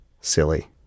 Silly